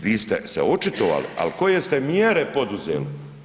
Vi ste se očitovali, ali koje ste mjere poduzeli?